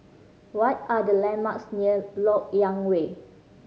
what are the landmarks near Lok Yang Way